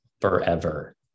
forever